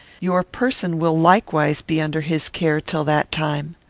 your person will likewise be under his care till that time.